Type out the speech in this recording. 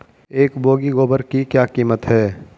एक बोगी गोबर की क्या कीमत है?